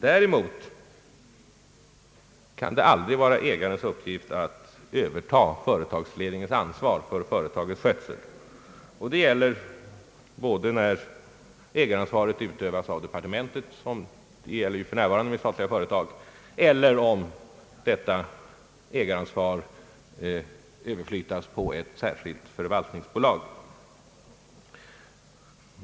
Däremot kan det aldrig vara ägarens uppgift att överta företagsledningens ansvar för företagets skötsel. Det gäller både när ägaransvaret utövas av departementet — vilket nu är fallet för statliga företag — eller om ägaransvaret överflyttas på ett särskilt förvaltningsbolag.